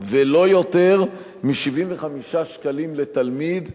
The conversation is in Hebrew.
ולא יותר מ-75 שקלים לתלמיד,